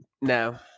no